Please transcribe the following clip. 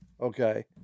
okay